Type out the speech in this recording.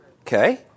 Okay